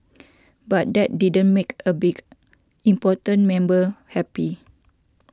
but that didn't make a big important member happy